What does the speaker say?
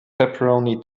pepperoni